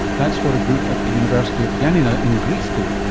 that's what a group at the university of yeah ioannina in greece did,